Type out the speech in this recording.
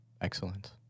Excellent